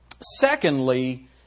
secondly